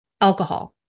alcohol